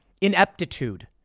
ineptitude